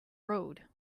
road